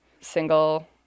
single